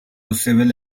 civil